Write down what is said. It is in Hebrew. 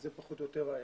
זה פחות או יותר האירוע.